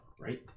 right